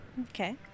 Okay